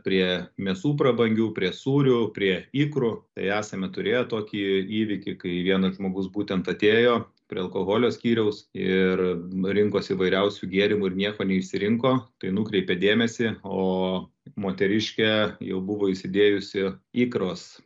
prie mėsų prabangių prie sūrių prie ikrų tai esame turėję tokį įvykį kai vienas žmogus būtent atėjo prie alkoholio skyriaus ir rinkosi įvairiausių gėrimų ir nieko neišsirinko tai nukreipė dėmesį o moteriškė jau buvo įsidėjusi ikros